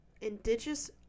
Indigenous